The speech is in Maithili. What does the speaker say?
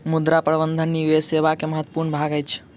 मुद्रा प्रबंधन निवेश सेवा के महत्वपूर्ण भाग अछि